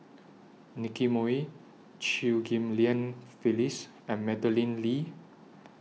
Nicky Moey Chew Ghim Lian Phyllis and Madeleine Lee